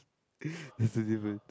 that's the difference